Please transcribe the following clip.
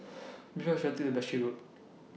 Which Bus should I Take to Berkshire Road